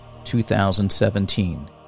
2017